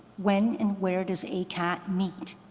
when and where does acat meet?